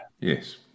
Yes